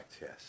yes